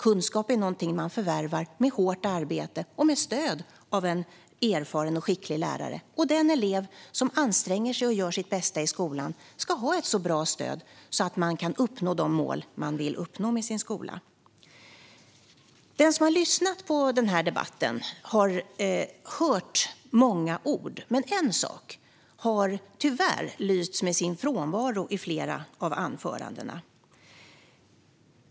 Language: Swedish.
Kunskap är någonting man förvärvar med hårt arbete och med stöd av en erfaren och skicklig lärare. Och den elev som anstränger sig och gör sitt bästa i skolan ska ha ett så bra stöd så att man kan uppnå de mål som man vill uppnå med sin skola. Den som har lyssnat på denna debatt har hört många ord. Men en sak har tyvärr lyst med sin frånvaro i flera av anförandena.